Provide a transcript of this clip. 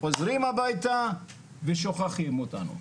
חוזרים הביתה, ושוכחים אותנו.